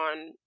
on